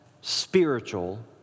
spiritual